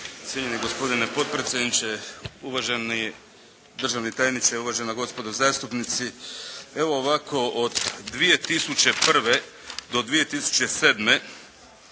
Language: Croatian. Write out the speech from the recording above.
Cijenjeni gospodine potpredsjedniče, uvaženi državni tajniče, uvažena gospodo zastupnici. Evo ovako, od 2001. do 2007.